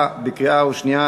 בעד, 11,